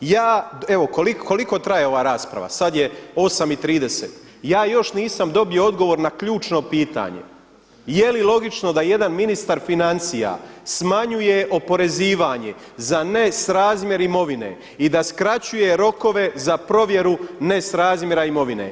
Evo koliko traje ova rasprava, sada je 8,30 ja još nisam dobio odgovor na ključno pitanje jeli logično da jedan ministar financija smanjuje oporezivanje za nesrazmjer imovine i da skraćuje rokove za provjeru nesrazmjera imovine.